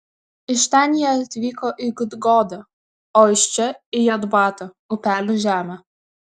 iš ten jie atvyko į gudgodą o iš čia į jotbatą upelių žemę